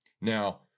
Now